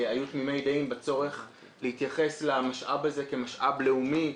היו תמימי דעים בצורך להתייחס למשאב הזה כמשאב לאומי,